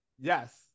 Yes